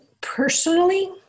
personally